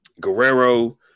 Guerrero